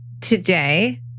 today